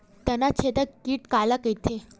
तनाछेदक कीट काला कइथे?